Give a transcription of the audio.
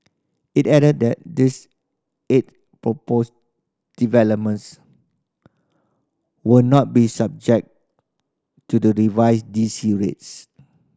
it added that this eight proposed developments will not be subject to the revised D C rates